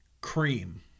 Cream